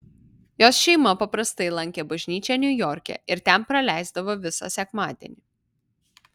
jos šeima paprastai lankė bažnyčią niujorke ir ten praleisdavo visą sekmadienį